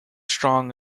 strong